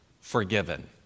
forgiven